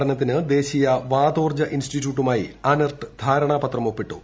പഠനത്തിന് ദേശീയ വാതോർജ് ഇൻസ്റ്റിറ്റ്യൂട്ടുമായി അനെർട്ട് ധാരണാപത്രം ഒപ്പിട്ടു